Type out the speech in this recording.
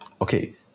Okay